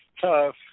tough